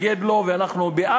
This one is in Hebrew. ואנחנו נמשיך להתנגד לו.